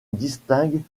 distinguent